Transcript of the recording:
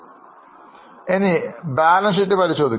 ഇപ്പോൾ നമുക്ക് balance sheet ഡാറ്റയിലേക്ക് പോകാം